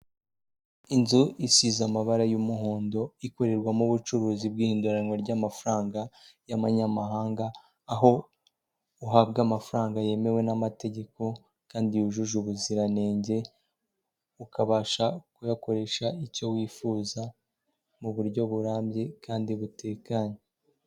Inzu isize amabara y'umuhondo, ikorerwamo ubucuruzi bw'ihinduranwa ry'amafaranga y'abanyamahanga, aho uhabwa amafaranga yemewe n'amategeko kandi yujuje ubuziranenge, ukabasha kuyakoresha icyo wifuza mu buryo burambye kandi butekanye.